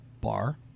bar